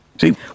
See